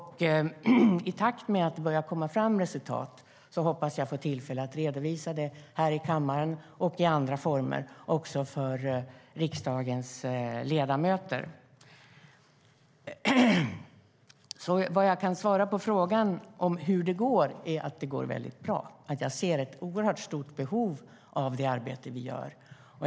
I takt med att det börjar komma fram resultat hoppas jag få tillfälle att redovisa det här i kammaren och i andra former och också för riksdagens ledamöter. När det gäller frågan om hur det går kan jag svara att det går väldigt bra och att jag ser ett oerhört stort behov av det arbete vi gör.